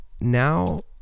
now